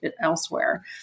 elsewhere